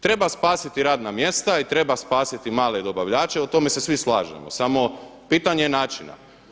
Treba spasiti radna mjesta i treba spasiti male dobavljače o tome se svi slažemo, samo pitanje je načina.